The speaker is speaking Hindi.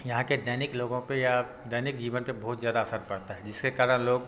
यहाँ के दैनिक लोगों पर या दैनिक जीवन पर बहुत ज़्यादा असर पड़ता है जिसके कारण लोग